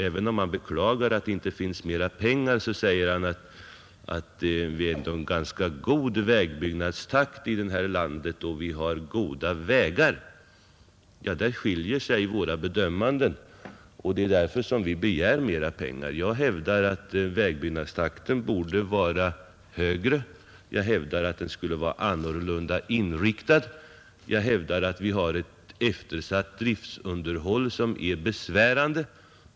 Även om han beklagar att det inte finns mera pengar, säger han att det är en rätt god vägbyggnadstakt här i landet och att vi har goda vägar. Där skiljer sig våra bedömanden, och det är därför som vi begär mera pengar. Jag hävdar att vägbyggnadstakten borde var högre, jag hävdar att den skulle vara annorlunda inriktad och jag hävdar att vi har ett eftersatt driftsunderhåll, som är besvärande.